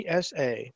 PSA